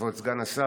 כבוד סגן השר,